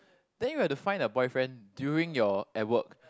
then you have to find a boyfriend during your at work